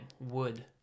Wood